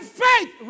faith